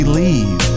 leave